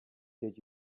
did